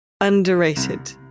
underrated